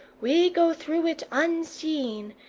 we go through it unseen,